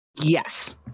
yes